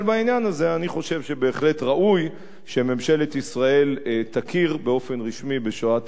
אני חושב שבהחלט ראוי שממשלת תכיר באופן רשמי בשואת העם הארמני.